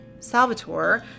Salvatore